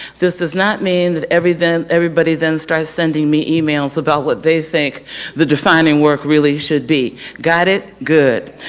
this does not mean that everything everybody then starts sending me emails about what they think the defining work really should be. got it? good.